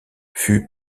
fut